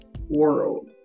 world